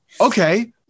Okay